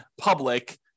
public